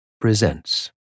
presents